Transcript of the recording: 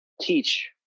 teach